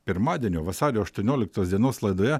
pirmadienio vasario aštuonioliktos dienos laidoje